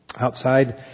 outside